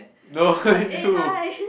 no you